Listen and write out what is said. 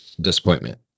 disappointment